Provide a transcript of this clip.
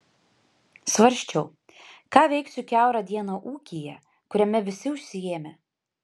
svarsčiau ką veiksiu kiaurą dieną ūkyje kuriame visi užsiėmę